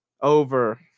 over